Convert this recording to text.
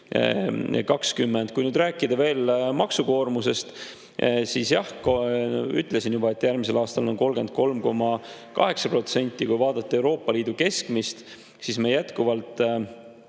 2020. Kui nüüd rääkida veel maksukoormusest, siis jah, ütlesin juba, et järgmisel aastal on see 33,8%. Kui vaadata Euroopa Liidu keskmist, siis me jätkuvalt